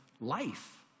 life